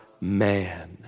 man